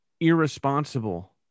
irresponsible